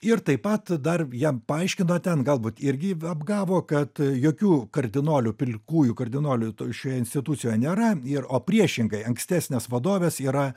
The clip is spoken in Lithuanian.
ir taip pat dar jam paaiškino ten galbūt irgi apgavo kad jokių kardinolių pilkųjų kardinolių toj šioje institucijoje nėra ir o priešingai ankstesnės vadovės yra